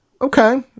Okay